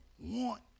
want